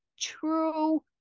true